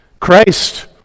Christ